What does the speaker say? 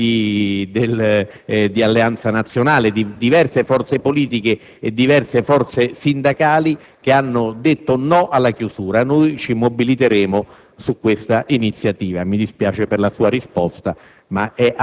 all'assemblea c'erano esponenti della CGIL, dei DS, di Alleanza Nazionale, di diverse forze politiche e di diverse forze sindacali e tutti hanno detto no alla chiusura), ci mobiliteremo